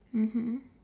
mmhmm